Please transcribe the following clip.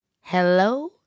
Hello